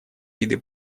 виды